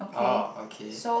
oh okay